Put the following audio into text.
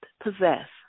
possess